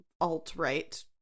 alt-right